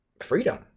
freedom